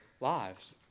lives